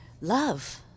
love